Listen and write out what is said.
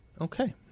Okay